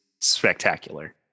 spectacular